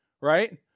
right